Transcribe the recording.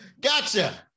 Gotcha